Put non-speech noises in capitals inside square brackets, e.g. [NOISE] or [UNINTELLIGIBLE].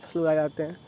[UNINTELLIGIBLE] آ جاتے ہیں